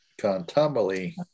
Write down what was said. Contumely